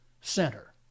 Center